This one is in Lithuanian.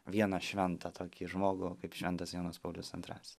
vieną šventą tokį žmogų kaip šventas jonas paulius antras